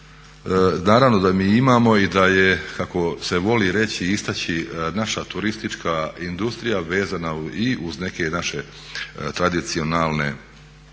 naravno da mi imamo i da je kako se voli reći i istaći naša turistička industrija vezana i uz neke naše tradicionalne